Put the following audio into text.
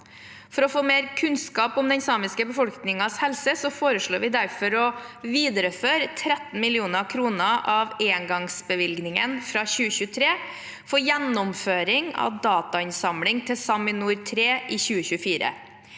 For å få mer kunnskap om den samiske befolkningens helse foreslår vi derfor å videreføre 13 mill. kr av engangsbevilgningen fra 2023, for gjennomføring av datainnsamling til SAMINOR 3 i 2024.